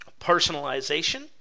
Personalization